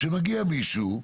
כשמגיע מישהו,